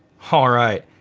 all right.